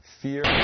fear